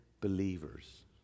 believers